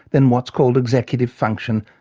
then what's called executive function,